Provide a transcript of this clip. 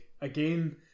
again